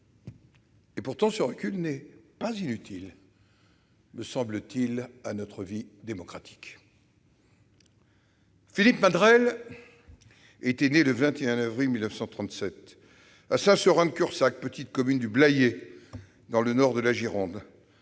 Et pourtant, ce recul n'est pas inutile, me semble-t-il, à notre vie démocratique ... Philippe Madrelle était né le 21 avril 1937 à Saint-Seurin-de-Cursac, petite commune du Blayais dans le nord de la Gironde,